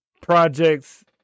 projects